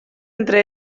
entre